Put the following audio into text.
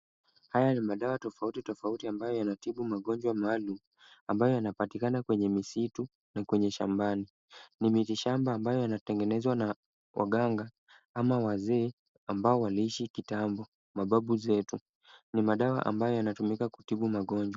Haya ni madawa tofauti tofauti ambayo yanatibu magonjwa maalum ambayo yanapatikana kwenye misitu na kwenye shambani. Ni miti shamba ambayo yanatengenezwa na waganga ama wazee ambao waliishi kitambo, mababu zetu. Ni madawa ambayo yanatumika kutibu magonjwa.